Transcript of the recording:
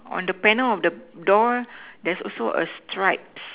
on the panel of the door there's also a stripes